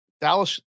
Dallas –